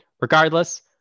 regardless